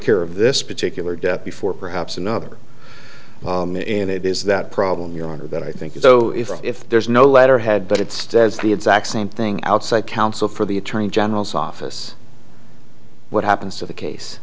care of this particular death before perhaps another and it is that problem your honor that i think you know if there's no letterhead but it stands the exact same thing outside counsel for the attorney general's office what happens to the case